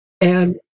and-